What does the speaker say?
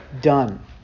done